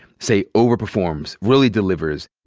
say, over-performs, really delivers,